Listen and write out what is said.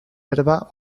herba